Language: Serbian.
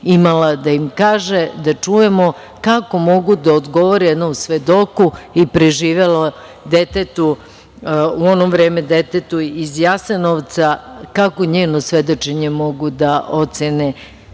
imala da im kaže, da čujemo kako mogu da odgovore jednom svedoku i preživelom detetu, u ono vreme detetu iz Jasenovca, kako njeno svedočenje mogu da ocene